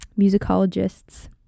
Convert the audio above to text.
musicologists